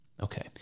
Okay